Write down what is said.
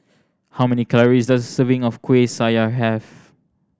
how many calories does a serving of Kueh Syara have